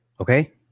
okay